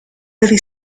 billy